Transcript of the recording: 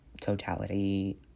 totality